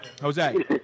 Jose